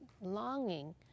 longing